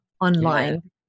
online